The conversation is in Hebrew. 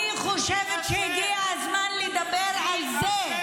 אני חושבת שהגיע הזמן לדבר על זה מי אשם?